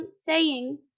saying